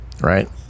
right